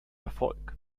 erfolg